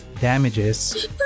damages